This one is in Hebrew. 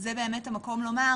זה באמת המקום לומר,